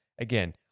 Again